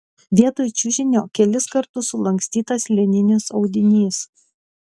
vietoj čiužinio kelis kartus sulankstytas lininis audinys